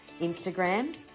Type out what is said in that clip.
Instagram